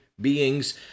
beings